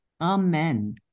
Amen